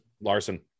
Larson